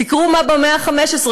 תקראו מה במאה ה-15,